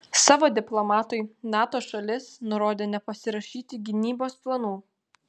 savo diplomatui nato šalis nurodė nepasirašyti gynybos planų